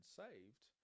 saved